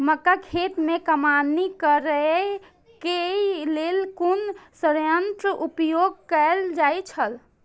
मक्का खेत में कमौनी करेय केय लेल कुन संयंत्र उपयोग कैल जाए छल?